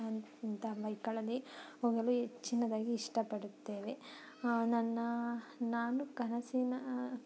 ಅಂಥ ಬೈಕ್ಗಳಲ್ಲಿ ಹೋಗಲು ಹೆಚ್ಚಿನದಾಗಿ ಇಷ್ಟಪಡುತ್ತೇವೆ ನನ್ನ ನಾನು ಕನಸಿನ